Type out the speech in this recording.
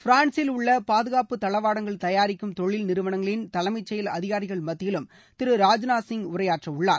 பிரான்ஸில் உள்ள பாதுகாப்பு தளடவாடங்கள் தயாரிக்கும் தொழில் நிறுவனங்களின் தலைமைச் செயல் அதிகாரிகள் மத்தியிலும் திரு ராஜ்நாத் சிங் உரையாற்றவுள்ளார்